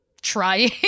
trying